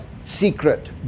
secret